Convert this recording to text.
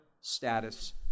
status